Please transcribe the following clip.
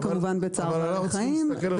אבל אנחנו צריכים להסתכל גם